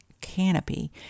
canopy